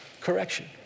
correction